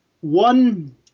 one